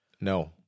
No